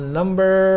number